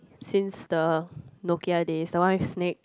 since the Nokia days the one with snake